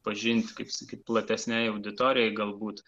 pažint kaip sakyt platesnei auditorijai galbūt